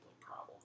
problem